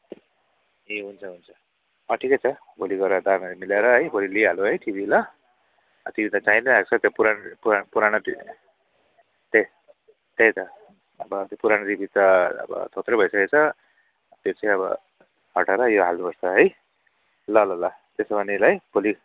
ए हुन्छ हुन्छ ठिकै छ भोलि गएर दामहरू मिलाएर है भोलि लिई हालौँ है टिभी ल अब टिभी त चाहि नै रहेको छ त्यो पुरानो पुरानो टिभी त्यही त्यही त अब त्यो पुरानो टिभी त अब थोत्रो भई सकेछ त्यो चै अब हटाएर यो हाल्नु पर्छ है ल ल ल त्यसो भने है भोलि